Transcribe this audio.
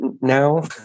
now